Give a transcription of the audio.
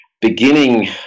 beginning